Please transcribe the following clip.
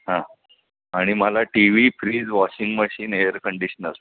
हां आणि मला T V fridge washing machine air conditioner